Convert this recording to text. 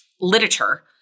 literature